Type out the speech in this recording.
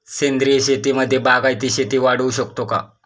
सेंद्रिय शेतीमध्ये बागायती शेती वाढवू शकतो का?